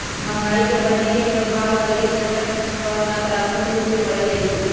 महंगाई के बढ़ने के प्रभाव गरीब जनता पर नकारात्मक रूप से पर जाइ छइ